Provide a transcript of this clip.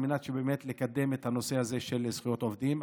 על מנת לקדם את הנושא הזה של זכויות עובדים.